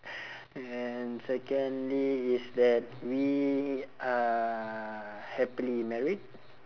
and secondly is that we are happily married